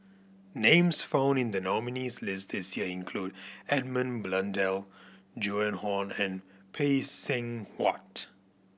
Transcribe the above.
names found in the nominees' list this year include Edmund Blundell Joan Hon and Phay Seng Whatt